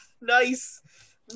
Nice